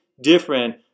different